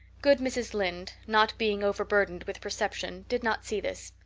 good mrs. lynde, not being overburdened with perception, did not see this.